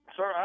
Sir